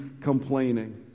complaining